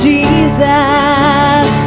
Jesus